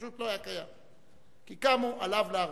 פשוט לא היה קיים, כי קמו עליו להורגו.